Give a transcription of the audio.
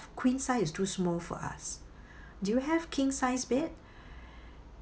queen size is too small for us do have king sized bed